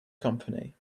company